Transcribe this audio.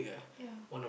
yeah